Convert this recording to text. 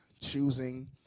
Choosing